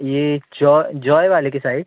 ये joy joy वाले के साइड